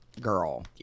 girl